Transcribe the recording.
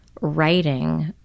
writing